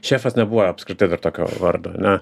šefas nebuvo apskritai tokio vardo ane